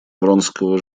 вронского